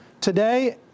today